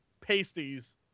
pasties